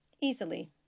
Easily